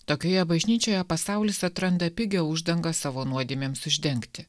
tokioje bažnyčioje pasaulis atranda pigią uždangą savo nuodėmėms uždengti